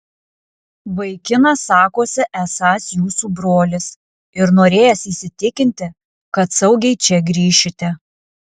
vaikinas sakosi esąs jūsų brolis ir norėjęs įsitikinti kad saugiai čia grįšite